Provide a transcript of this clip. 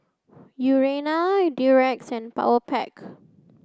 Urana Durex and Powerpac